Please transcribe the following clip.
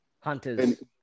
hunters